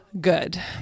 good